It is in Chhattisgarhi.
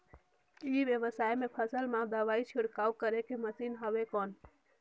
ई व्यवसाय म फसल मा दवाई छिड़काव करे के मशीन हवय कौन?